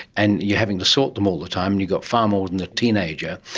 and you're having to sort them all the time and you've got far more than a teenager,